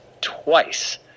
twice